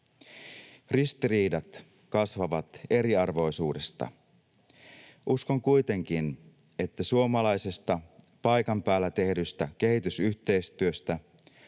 Ristiriidat kasvavat eriarvoisuudesta. Uskon kuitenkin, että suomalaisesta paikan päällä tehdystä kehitysyhteistyöstä,